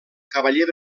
cavaller